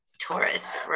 Taurus